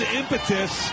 impetus